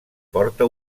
porta